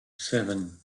seven